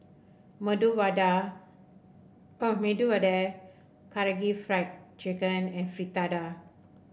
Vada Medu Vada Karaage Fried Chicken and Fritada